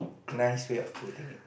nice way of putting it